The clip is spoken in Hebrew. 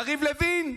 יריב לוין,